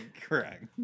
correct